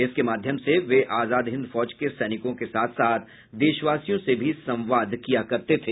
इसके माध्यम से वे आजाद हिंद फौज के सैनिकों के साथ साथ देशवासियों से भी संवाद किया करते थे